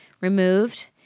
removed